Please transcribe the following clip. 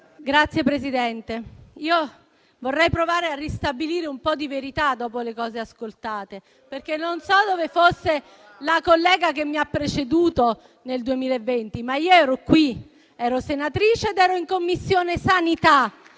Signor Presidente, vorrei provare a ristabilire un po' di verità dopo le cose ascoltate. Non so dove fosse la collega che mi ha preceduto nel 2020, ma io ero qui, ero senatrice ed ero in Commissione sanità,